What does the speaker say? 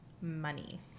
money